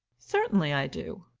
certainly i do.